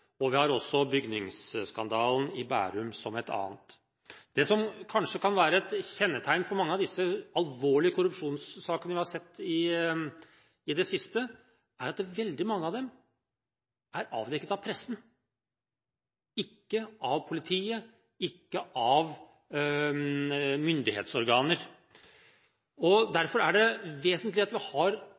og vi har også bygningsskandalen i Bærum som et annet. Det som kanskje kan være et kjennetegn for mange av disse alvorlige korrupsjonssakene vi har sett i det siste, er at veldig mange av dem er avdekket av pressen – ikke av politiet, ikke av myndighetsorganer. Derfor er det vesentlig at vi har